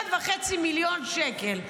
1.5 מיליון שקל.